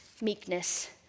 meekness